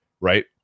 right